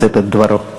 לשאת את דברו.